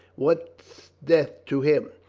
what's death to him?